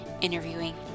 interviewing